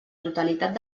totalitat